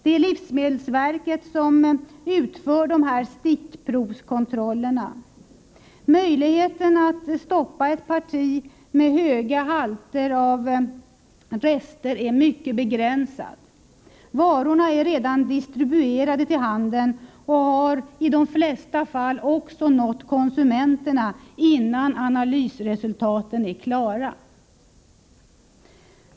Det är livsmedelsverket som utför stickprovskontrollerna. Möjligheten att stoppa ett parti med för höga halter är begränsad. Varorna är redan distribuerade till handeln och har i de flesta fall också nått konsumenterna innan analysresultaten är klara.